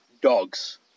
dogs